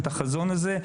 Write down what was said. את החזון הזה,